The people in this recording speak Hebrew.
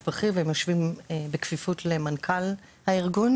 בכיר והם יושבים בכפיפות למנכ"ל הארגון,